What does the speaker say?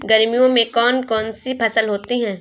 गर्मियों में कौन कौन सी फसल होती है?